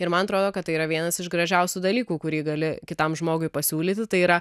ir man atrodo kad tai yra vienas iš gražiausių dalykų kurį gali kitam žmogui pasiūlyti tai yra